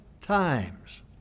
times